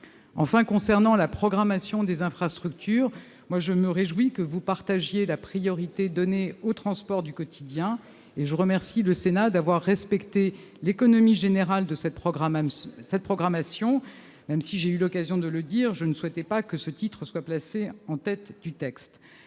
Enfin, concernant la programmation des infrastructures, je me réjouis que vous partagiez la priorité donnée aux transports du quotidien et je remercie le Sénat d'avoir respecté l'économie générale de cette programmation, même si- j'ai eu l'occasion de le dire -je ne souhaitais pas que ce titre soit placé en tête du texte.